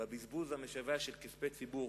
הבזבוז המשווע של כספי ציבור,